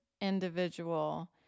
individual